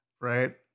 right